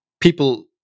people